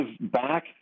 back